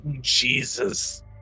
Jesus